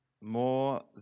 more